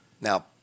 Now